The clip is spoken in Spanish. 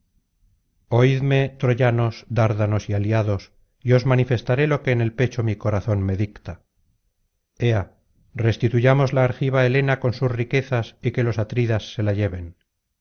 oídme troyanos dárdanos y aliados y os manifestaré lo que en el pecho mi corazón me dicta ea restituyamos la argiva helena con sus riquezas y que los atridas se la lleven